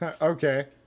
Okay